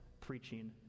preaching